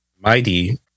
mighty